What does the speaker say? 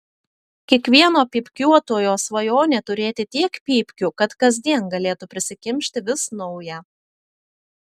kiekvieno pypkiuotojo svajonė turėti tiek pypkių kad kasdien galėtų prisikimšti vis naują